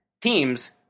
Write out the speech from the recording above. Teams